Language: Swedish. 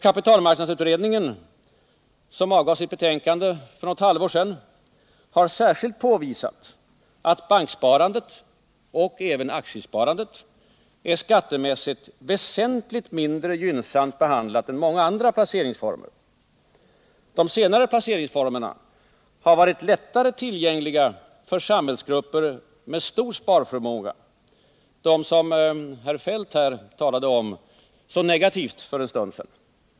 Kapitalmarknadsutredningen, som avgav sitt betänkande för något halvår sedan, har särskilt påvisat att banksparandet, liksom även aktiesparandet, är skattemiissigt väsentligt mindre gynnsamt behandlat än många andra placeringsformer. De senare placeringsformerna har varit lättare tillgängliga för samhällsgrupper med stor sparförmåga — de som herr Feldt här talade så negativt om för en stund sedan.